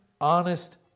honest